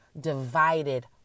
divided